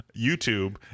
YouTube